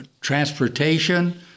transportation